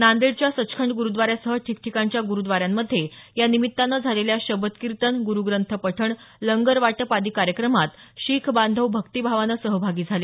नांदेडच्या सचखंड गुरुद्वारासह ठिकठिकाणच्या गुरुद्वारांमध्ये या निमित्तानं झालेल्या शबद कीर्तन गुरुग्रंथ पठण लंगर वाटप आदी कार्यक्रमांत शीख बांधव भक्तीभावानं सहभागी झाले